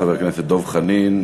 חברי הכנסת דב חנין,